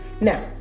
Now